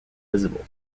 visible